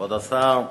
כבוד השר,